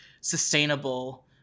sustainable